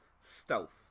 stealth